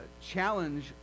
challenge